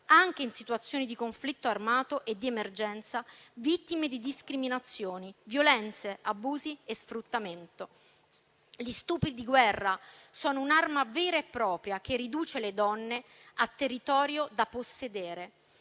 anche in situazioni di conflitto armato e di emergenza, vittime di discriminazioni, violenze, abusi e sfruttamento. Gli stupri di guerra sono un'arma vera e propria, che riduce le donne a territorio da possedere.